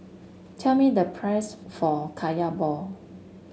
tell me the price for kaya ball